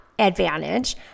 advantage